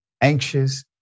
anxious